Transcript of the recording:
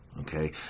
okay